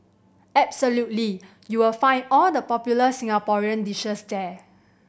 absolutely you will find all the popular Singaporean dishes there